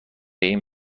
این